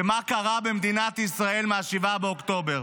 ומה קרה במדינת ישראל מאז 7 באוקטובר.